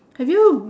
have you